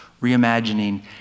reimagining